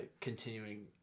continuing